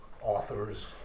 authors